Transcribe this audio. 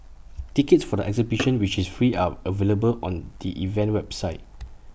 tickets for the exhibition which is free are available on the event's website